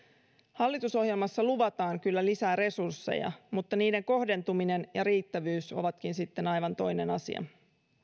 hallitusohjelmassa luvataan kyllä lisää resursseja mutta niiden kohdentuminen ja riittävyys ovatkin sitten aivan toinen asia